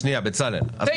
מה